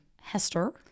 Hester